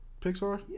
Pixar